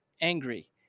angry